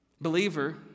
Believer